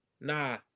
Nah